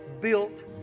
built